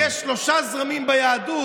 שיש שלושה זרמים ביהדות?